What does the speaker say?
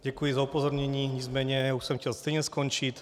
Děkuji za upozornění, nicméně už jsem chtěl stejně skončit.